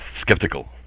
Skeptical